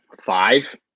five